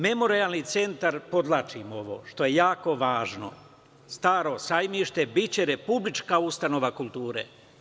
Memorijalni centra, podvlačim ovo, što je jako važno, „Staro Sajmište“ biće republička ustanova kulture.